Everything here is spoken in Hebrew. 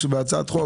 כשזה נמצא בהצעת חוק